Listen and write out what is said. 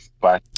Bye